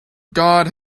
god